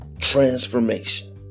transformation